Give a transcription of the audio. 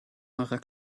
eurer